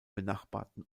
benachbarten